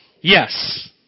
Yes